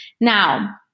Now